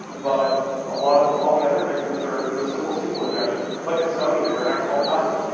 but a lot of, all the other victims are you know simple sequel injection. look at sony, they were hacked twelve times,